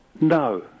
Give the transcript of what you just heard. no